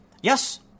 yes